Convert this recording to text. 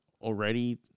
already